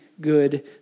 good